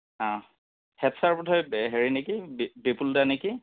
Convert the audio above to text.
অঁ head sir বোধয় হেৰি নেকি বি বিপুলদা নেকি